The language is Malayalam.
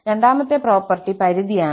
രണ്ടാമത്തെ പ്രോപ്പർട്ടി പരിധിയാണ്